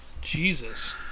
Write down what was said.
Jesus